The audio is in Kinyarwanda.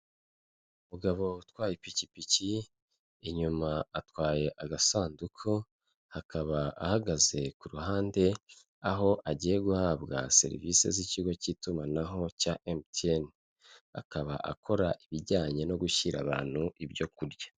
Umugabo utwaye ipikipiki inyuma atwaye agasanduku akaba ahagaze ku ruhande aho agiye guhabwa serivisi z'ikigo cy'itumanaho cya mtn, akaba akora ibijyanye no gushyira abantu ibyo kurya.